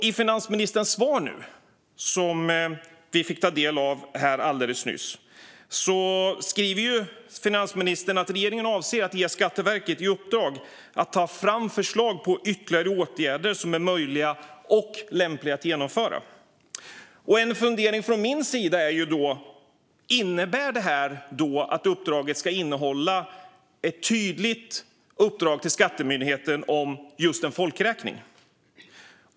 I finansministerns svar som vi fick ta del av alldeles nyss säger finansministern att "regeringen avser också att ge Skatteverket i uppdrag att ta fram förslag på vilka ytterligare åtgärder som är möjliga och lämpliga att genomföra". En fundering från min sida är om detta innebär att uppdraget ska innehålla ett tydligt uppdrag till skattemyndigheten om just en folkräkning.